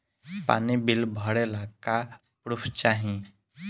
पानी बिल भरे ला का पुर्फ चाई?